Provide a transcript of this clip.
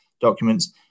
documents